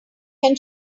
can